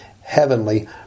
heavenly